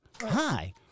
hi